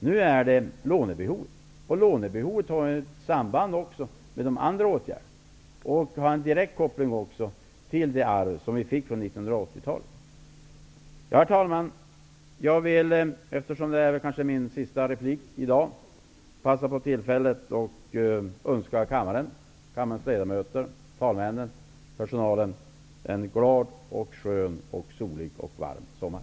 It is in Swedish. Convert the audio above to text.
Nu har vi ett lånebehov som har ett samband med de andra åtgärderna och också en direkt koppling till arvet från 1980-talet. Herr talman! Eftersom detta kanske är min sista replik i dag, vill jag passa på tillfället att önska kammarens ledamöter, talmännen och personalen en glad, skön, solig och varm sommar.